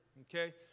okay